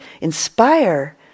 inspire